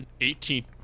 eighteen